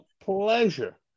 pleasure